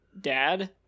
dad